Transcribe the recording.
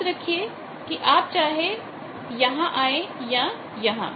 याद रखिए कि आप चाहे यहां आए या यहां